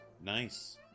Nice